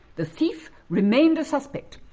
the thief remained a suspect,